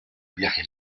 viaje